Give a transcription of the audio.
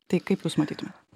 tai kaip jūs matytumėt